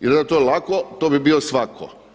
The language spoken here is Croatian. jer da je to lako to bi bio svatko.